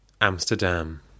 Amsterdam